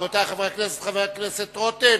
רבותי חברי הכנסת, חבר הכנסת רותם